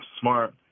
smart